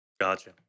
Gotcha